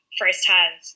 firsthand